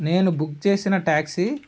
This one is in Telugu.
నేను బుక్ చేసిన ట్యాక్సీ